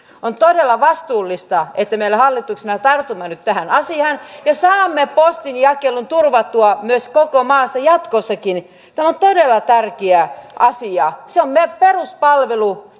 on todella vastuullista että me hallituksena tartumme nyt tähän asiaan ja saamme postinjakelun turvattua koko maassa myös jatkossa tämä on todella tärkeä asia se on meidän peruspalvelu